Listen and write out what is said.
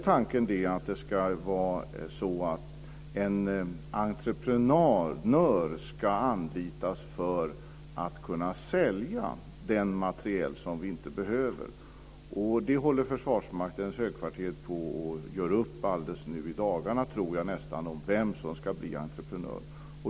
Tanken är nu att entreprenör ska anlitas för att kunna sälja den materiel som vi inte behöver. Försvarsmaktens högkvarter håller på att göra upp alldeles nu i dagarna, tror jag, vem som ska bli entreprenör.